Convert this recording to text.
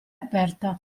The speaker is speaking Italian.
aperta